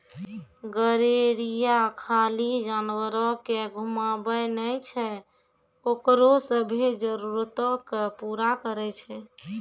गरेरिया खाली जानवरो के घुमाबै नै छै ओकरो सभ्भे जरुरतो के पूरा करै छै